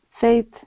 Faith